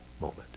moment